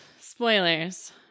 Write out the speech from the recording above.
Spoilers